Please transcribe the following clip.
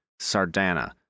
Sardana